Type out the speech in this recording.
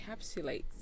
encapsulates